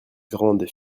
grandes